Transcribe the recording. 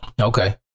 Okay